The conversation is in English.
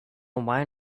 wine